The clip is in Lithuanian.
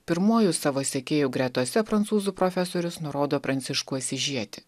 pirmuoju savo sekėjų gretose prancūzų profesorius nurodo pranciškų asyžietį